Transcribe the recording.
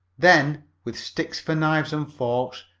then, with sticks for knives and forks,